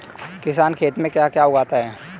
किसान खेत में क्या क्या उगाता है?